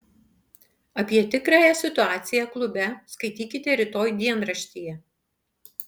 apie tikrąją situaciją klube skaitykite rytoj dienraštyje